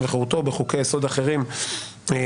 וחירותו או בחוקי יסוד אחרים כבסיס.